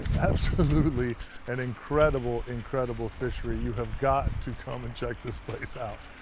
absolutely an incredible, incredible fishery. you have got to come and check this place out.